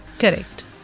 Correct